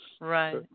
Right